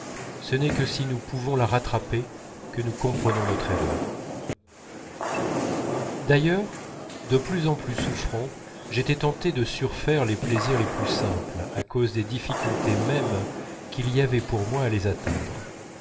ce n'est que si nous pouvons la rattraper que nous comprenons notre erreur d'ailleurs de plus en plus souffrant j'étais tenté de surfaire les plaisirs les plus simples à cause des difficultés mêmes qu'il y avait pour moi à les atteindre